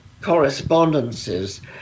correspondences